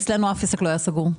אצלנו אף עסק לא היה סגור.